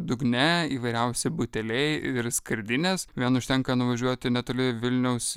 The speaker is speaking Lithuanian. dugne įvairiausi buteliai ir skardinės vien užtenka nuvažiuoti netoli vilniaus